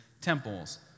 temples